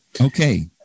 Okay